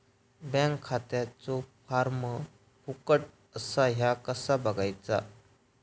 Bank खात्याचो form फुकट असा ह्या कसा बगायचा?